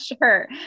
Sure